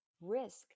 risk